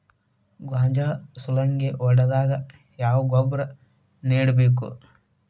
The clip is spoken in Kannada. ಗೋಂಜಾಳ ಸುಲಂಗೇ ಹೊಡೆದಾಗ ಯಾವ ಗೊಬ್ಬರ ನೇಡಬೇಕು?